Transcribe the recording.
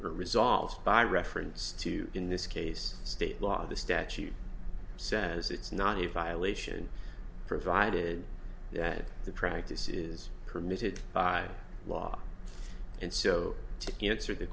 resolved by reference to in this case state law the statute says it's not a violation provided the practice is permitted by law and so t